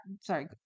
Sorry